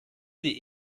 die